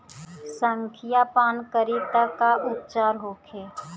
संखिया पान करी त का उपचार होखे?